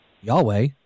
yahweh